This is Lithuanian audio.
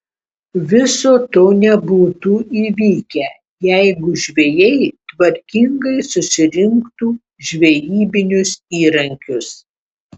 viso to nebūtų įvykę jeigu žvejai tvarkingai susirinktų žvejybinius įrankius